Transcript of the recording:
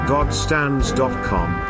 GodStands.com